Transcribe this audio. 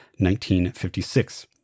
1956